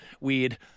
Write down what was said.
weird